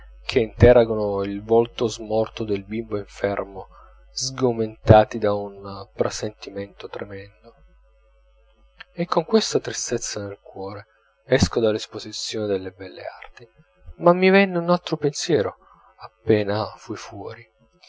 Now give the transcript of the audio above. che interrogano il volto smorto del bimbo infermo sgomentati da un presentimento tremendo e con questa tristezza nel cuore esco dall'esposizione delle belle arti ma mi venne un altro pensiero appena fui fuori